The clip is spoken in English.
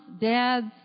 dads